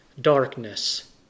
darkness